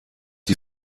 die